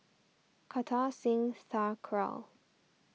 Kartar Singh Thakral